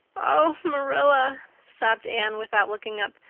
oh, marilla, sobbed anne, without looking up,